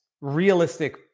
realistic